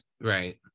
Right